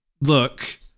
look